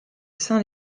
saint